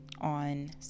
on